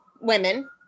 women